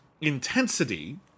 intensity